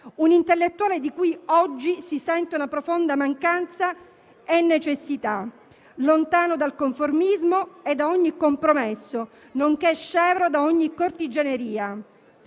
un intellettuale di cui oggi si sente una profonda mancanza e necessità, lontano dal conformismo e da ogni compromesso, nonché scevro da ogni cortigianeria.